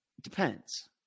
Depends